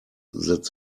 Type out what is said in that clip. that